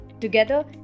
Together